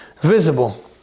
visible